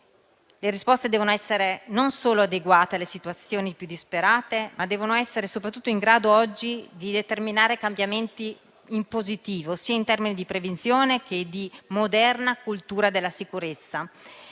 Le risposte devono essere non solo adeguate alle situazioni più disparate, ma devono essere soprattutto in grado oggi di determinare cambiamenti in positivo, sia in termini di prevenzione che di moderna cultura della sicurezza.